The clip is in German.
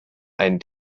ein